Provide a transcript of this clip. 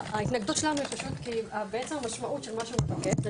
ההתנגדות שלנו המשמעות של מה שהוא מתנגד זה